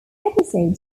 episode